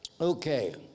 okay